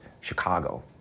Chicago